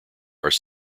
are